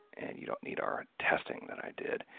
and you don't need our testing that i did.